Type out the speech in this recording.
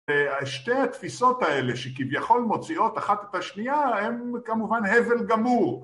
שתי התפיסות האלה שכביכול מוציאות אחת את השנייה הם כמובן הבל גמור